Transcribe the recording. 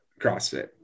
CrossFit